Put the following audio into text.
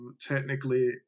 technically